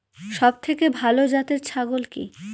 সবথেকে ভালো জাতের ছাগল কি?